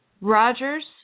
Rogers